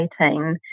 2018